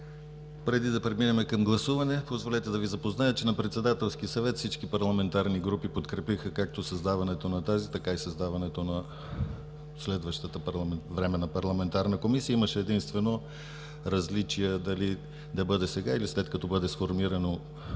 Преди да преминем към гласуване, позволете да Ви запозная, че на Председателския съвет всички парламентарни групи подкрепиха както създаването на тази, така и създаването на следващата временна парламентарна комисия. Имаше единствено различия дали да бъде сега или след като бъде сформирано